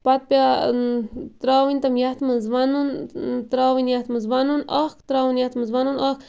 پَتہٕ تراونۍ تم یتھ مَنٛز وَنُن تراونۍ یتھ مَنٛز وَنُن اکھ تراوُن یتھ مَنٛز وَنُن اکھ